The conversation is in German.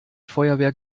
feuerwehr